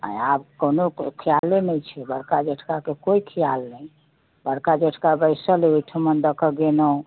आब कोनो ख्याले नहि छै बड़का जेठकाके कोइ ख्याल नहि बड़का जेठका बैसल अइ ओहिठाम दऽ के गेलहुँ